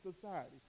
society